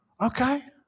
okay